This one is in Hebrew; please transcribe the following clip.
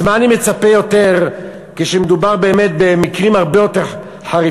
אז מה אני מצפה יותר כשמדובר במקרים הרבה יותר חריפים?